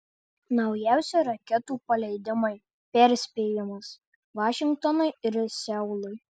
naujausi raketų paleidimai perspėjimas vašingtonui ir seului